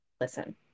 Listen